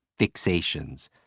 fixations